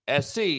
SC